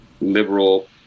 liberal